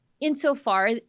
insofar